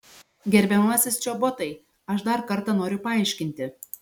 gerbiamasis čobotai aš dar kartą noriu paaiškinti